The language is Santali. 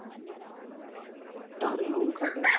ᱰᱟᱝᱨᱤ ᱦᱚᱸ ᱚᱱᱠᱟ ᱜᱮ